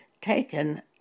taken